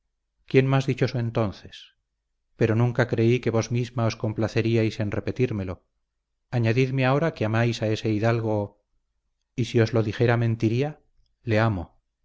quién más dichoso entonces pero nunca creí que vos misma os complaceríais en repetírmelo añadidme ahora que amáis a ese hidalgo y si os lo dijera mentiría le amo